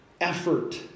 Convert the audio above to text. effort